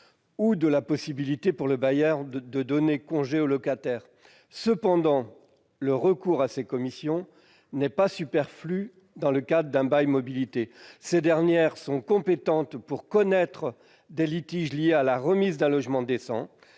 ou de la possibilité pour le bailleur de donner congé au locataire. Cependant, le recours à ces commissions n'est pas superflu dans le cadre d'un bail mobilité. Ces dernières sont compétentes pour connaître des litiges liés à la remise d'un logement décent,